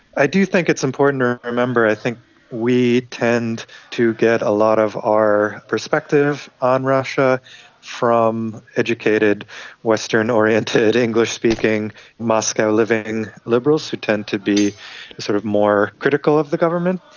i do think it's important to remember, i think we tend to get a lot of our perspective on russia from educated western oriented, english-speaking, moscow living liberals who tend to be sort of more critical of the government.